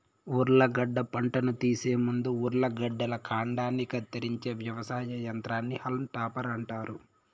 ఉర్లగడ్డ పంటను తీసే ముందు ఉర్లగడ్డల కాండాన్ని కత్తిరించే వ్యవసాయ యంత్రాన్ని హాల్మ్ టాపర్ అంటారు